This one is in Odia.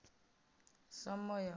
ସମୟ